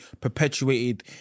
perpetuated